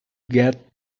get